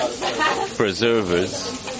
preservers